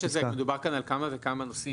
כי מדובר כאן על כמה וכמה נושאים,